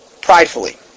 pridefully